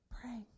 pray